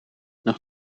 nog